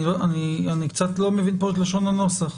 אני לא מבין את לשון הנוסח.